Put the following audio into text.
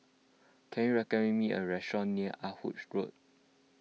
can you recommend me a restaurant near Ah Hood Road